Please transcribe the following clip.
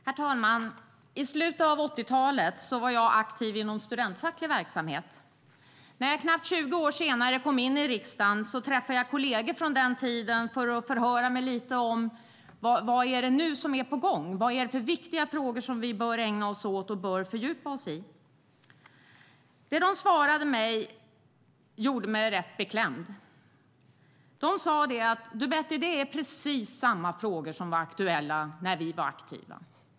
Herr talman! I slutet av 1980-talet var jag aktiv inom studentfacklig verksamhet. När jag knappt 20 år senare kom in i riksdagen träffade jag kolleger från den tiden för att förhöra mig lite om vad det är som är på gång nu. Vad är det för viktiga frågor som vi bör ägna oss åt och fördjupa oss i? Det de svarade mig gjorde mig rätt beklämd. De sade: Du, Betty, det är precis samma frågor som var aktuella när vi var aktiva.